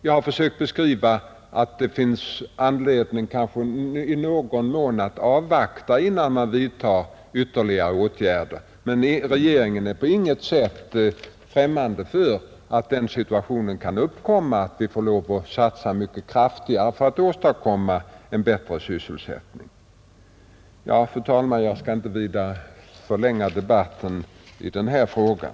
Jag har försökt förklara att det i någon mån kan finnas anledning att avvakta innan man vidtar ytterligare åtgärder, men regeringen är på inget sätt främmande för att den situationen kan uppkomma att vi får lov att satsa mycket kraftigare på att åstadkomma en bättre sysselsättning. Fru talman! Jag skall inte vidare förlänga debatten i den här frågan.